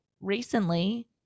recently